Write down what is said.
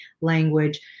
language